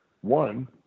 One